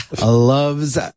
loves